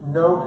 no